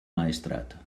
maestrat